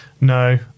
No